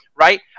right